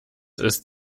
ist